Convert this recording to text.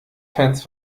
fans